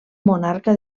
monarca